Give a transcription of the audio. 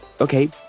okay